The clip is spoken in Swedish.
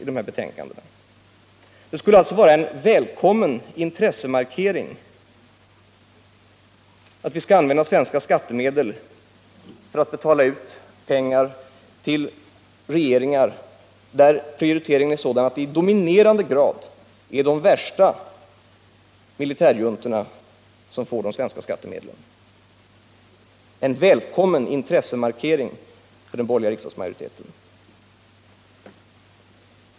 Det skulle alltså vara en välkommen intressemarkering att vi använder svenska skattemedel för att betala ut pengar till regeringar där prioriteringen är sådan att det i dominerande grad är de värsta militärjuntorna som får de svenska skattemedlen.